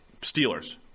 Steelers